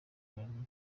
bralirwa